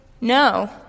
no